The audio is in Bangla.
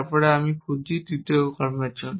তারপরে আমি খুঁজছি তৃতীয় কর্মের জন্য